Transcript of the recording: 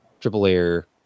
triple-layer